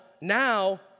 now